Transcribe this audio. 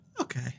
Okay